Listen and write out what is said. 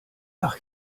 ach